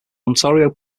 ontario